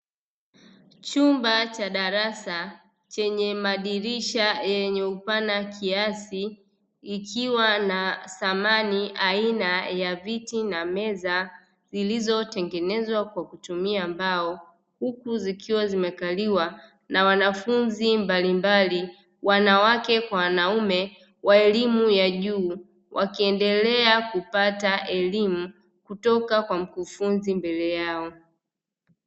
Chumba cha darasa chenye madirisha yenye upana kiasi ikiwa na samani aina ya viti na meza zilizotengenezwa kwa kutumia mbao, huku zikiwa zimekaliwa na wanafunzi mbalimbali wanawake kwa wanaume wa elimu ya juu, wakiemdelea kupata mafunzo kutoka kwa mkufunzi mbele yao.